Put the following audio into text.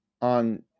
on